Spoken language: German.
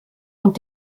und